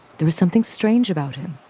there was something strange about him,